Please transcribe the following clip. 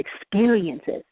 experiences